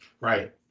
right